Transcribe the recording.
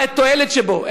מה התועלת שבו?